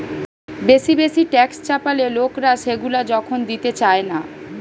বেশি বেশি ট্যাক্স চাপালে লোকরা সেগুলা যখন দিতে চায়না